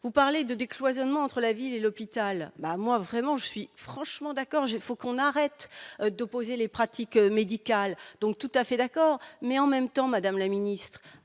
Vous parlez de décloisonnement entre la ville et l'hôpital bah moi vraiment je suis franchement d'accord j'ai faut qu'on arrête d'opposer les pratiques médicales, donc tout à fait d'accord, mais en même temps, Madame la Ministre,